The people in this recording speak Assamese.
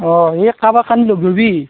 অঁ এ কাৰোবাক কানি লগ ধৰিবি